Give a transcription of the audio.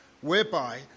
whereby